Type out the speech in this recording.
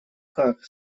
как